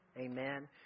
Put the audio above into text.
amen